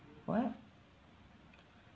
what